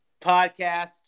podcast